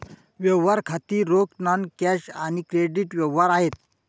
व्यवहार खाती रोख, नॉन कॅश आणि क्रेडिट व्यवहार आहेत